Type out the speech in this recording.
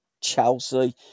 Chelsea